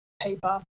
paper